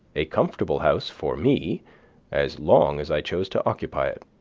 a comfortable house for me as long as i choose to occupy it.